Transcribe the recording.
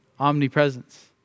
omnipresence